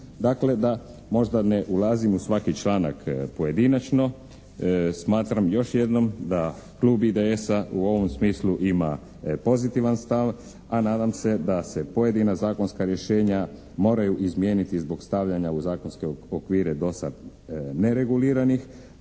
Dakle da možda ne ulazim u svaki članak pojedinačno smatram još jednom da klub IDS-a u ovom smislu ima pozitivan stav, a nadam se da se pojedina zakonska rješenja moraju izmijeniti zbog stavljanja u zakonske okvire do sad nereguliranih,